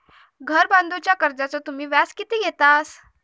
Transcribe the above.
घर बांधूच्या कर्जाचो तुम्ही व्याज किती घेतास?